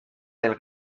del